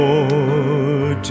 Lord